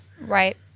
Right